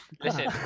listen